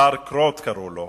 דרק רוט קראו לו.